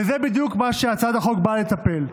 ובזה בדיוק הצעת החוק באה לטפל.